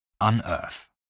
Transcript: Unearth